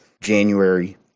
January